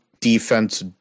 defense